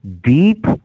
deep